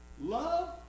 Love